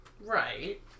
right